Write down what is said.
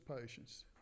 patience